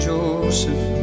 Joseph